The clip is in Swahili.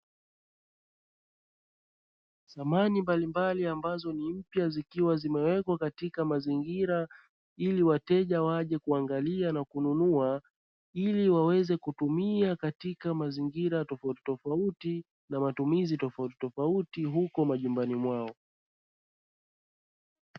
Samani mbalimbali ambazo ni mpya zikiwa zimewekwa katika mazingira, ili wateja waje kuangalia na kununua. Ili waweze kutumia katika mazingira tofautitofauti na matumizi tofautitofauti huko majumbani mwao.